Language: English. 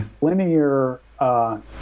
linear